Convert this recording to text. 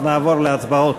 נעבור להצבעות.